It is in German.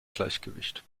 gleichgewicht